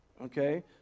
okay